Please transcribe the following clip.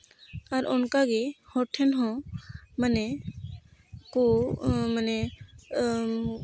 ᱟᱨ ᱚᱱᱠᱟᱜᱮ ᱦᱚᱲ ᱴᱷᱮᱱ ᱦᱚᱸ ᱢᱟᱱᱮ ᱠᱚ ᱢᱟᱱᱮ